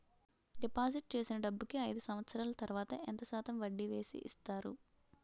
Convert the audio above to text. Deposit చేసిన డబ్బుకి అయిదు సంవత్సరాల తర్వాత ఎంత శాతం వడ్డీ వేసి ఇస్తారు?